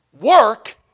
work